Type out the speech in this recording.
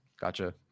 Gotcha